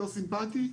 לא סימפטי,